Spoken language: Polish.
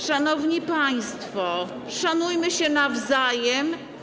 Szanowni państwo, szanujmy się nawzajem.